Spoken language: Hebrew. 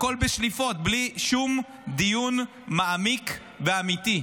הכול בשליפות, בלי שום דיון מעמיק ואמיתי.